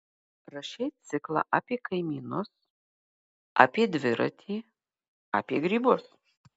rašei ciklą apie kaimynus apie dviratį apie grybus